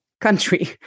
country